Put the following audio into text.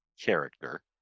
character